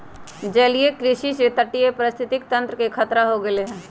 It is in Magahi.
जलीय कृषि से तटीय पारिस्थितिक तंत्र के खतरा हो गैले है